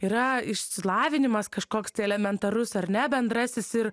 yra išsilavinimas kažkoks tai elementarus ar ne bendrasis ir